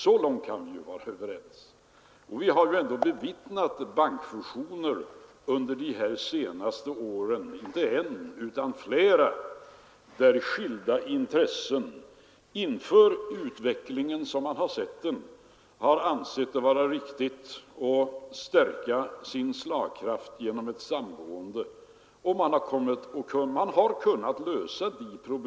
Så långt kan vi vara överens. Vi har ändå bevittnat bankfusioner under de senaste åren — inte en utan flera — där skilda intressen har ansett det vara riktigt med hänsyn till utvecklingen att stärka sin slagkraft genom ett samgående.